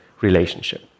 relationship